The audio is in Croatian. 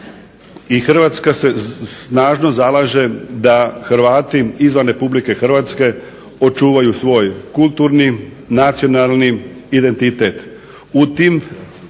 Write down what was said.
Hrvatska se snažno zalaže da Hrvati izvan Republike Hrvatske očuvaju svoj kulturni, nacionalni identitet.